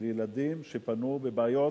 ילדים שפנו בבעיות,